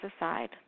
aside